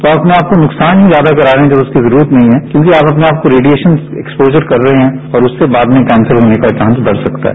तो अपने आप को नुकसान ही ज्यादा करा रहे हैं जब उसकी जरूरत नहीं है क्योंकि अपने आप को रेडिएशन एक्सपोजर कर रहे हैं और उससे बाद में कैंसर होने का चांस बढ़ सकता है